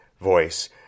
voice